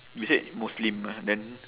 you said muslim ah then